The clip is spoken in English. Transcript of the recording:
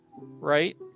Right